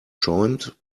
schäumt